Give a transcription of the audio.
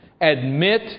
Admit